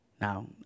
Now